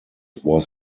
was